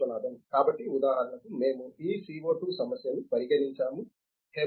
విశ్వనాథన్ కాబట్టి ఉదాహరణకు మేము ఈ CO2 సమస్యని పరిగణించాము